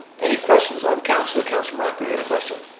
any questions of council? councilor morocco you had a question.